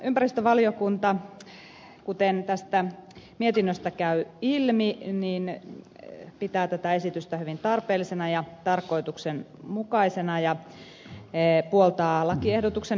ympäristövaliokunta kuten tästä mietinnöstä käy ilmi pitää tätä esitystä hyvin tarpeellisena ja tarkoituksenmukaisena ja puoltaa lakiehdotuksen hyväksymistä